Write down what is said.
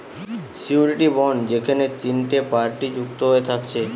surety bond যেখেনে তিনটে party যুক্ত হয়ে থাকছে